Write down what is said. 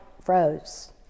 froze